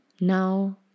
now